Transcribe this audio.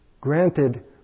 Granted